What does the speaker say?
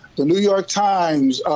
the new york times,